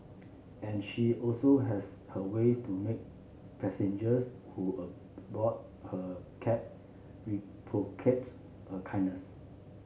and she also has her ways to make passengers who aboard her cab her kindness